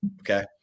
okay